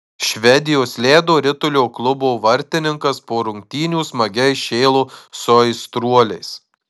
švedijos ledo ritulio klubo vartininkas po rungtynių smagiai šėlo su aistruoliais